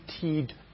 guaranteed